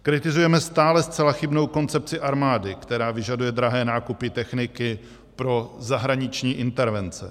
Kritizujeme stále zcela chybnou koncepci armády, která vyžaduje drahé nákupy techniky pro zahraniční intervence.